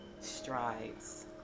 strides